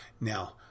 Now